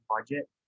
budget